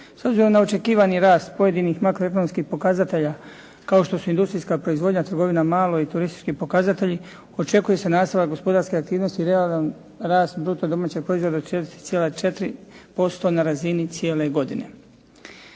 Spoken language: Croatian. S obzirom na očekivani rast pojedinih makroekonomskih pokazatelja kao što su industrijska proizvodnja, trgovina na malo i turistički pokazatelji očekuje se nastavak gospodarske aktivnosti i realan rast bruto domaćeg proizvoda od 4,4% na razini cijele godine.